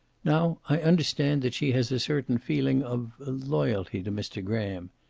now i understand that she has a certain feeling of loyalty to mr. graham.